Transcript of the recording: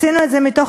עשינו את זה מתוך